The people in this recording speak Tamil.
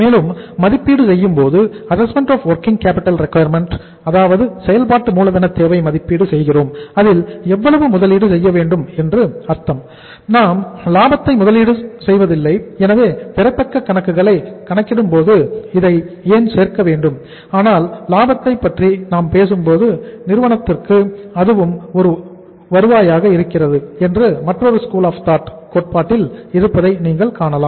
மேலும் மதிப்பீடு செய்யும்போது assessment of working capital requirement கோட்பாட்டில் இருப்பதை நீங்கள் காணலாம்